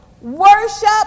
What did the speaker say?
Worship